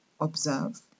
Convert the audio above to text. observe